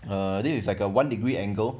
uh then it's like a one degree angle